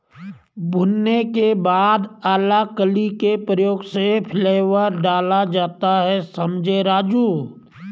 भुनाने के बाद अलाकली के प्रयोग से फ्लेवर डाला जाता हैं समझें राजु